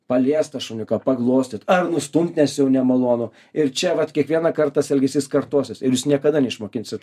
paliest tą šuniuką paglostyt ar nustumt nes jau nemalonu ir čia vat kiekvienąkart tas elgesys kartosis ir jūs niekada neišmokinsit